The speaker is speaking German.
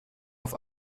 auf